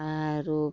ଆରୁ